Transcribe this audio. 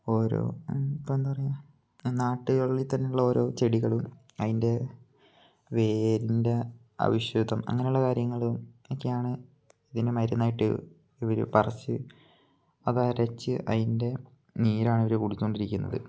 ഓരോ ഇപ്പം എന്താ പറയാ നാട്ടുകളിൽ തന്നെ ഉള്ള ഓരോ ചെടികളും അതിൻ്റെ വേരിൻ്റെ ഔഷധം അങ്ങനുള്ള കാര്യങ്ങളും ഒക്കെയാണ് ഇതിന് മരുന്നായിട്ട് ഇവർ പറിച്ച് അത് അരച്ച് അതിൻ്റെ നീരാണ് ഇവർ കുടിച്ചോണ്ടിരിക്കുന്നത്